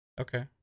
Okay